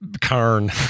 Karn